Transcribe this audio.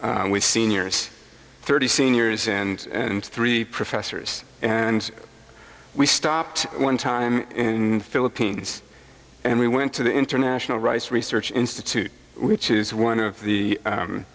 and we seniors thirty seniors and three professors and we stopped one time philippines and we went to the international rice research institute which is one of the